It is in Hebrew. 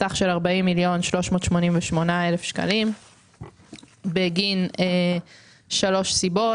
סך של 40,388,000 שקלים בגין ארבע סיבות.